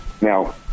Now